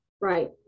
right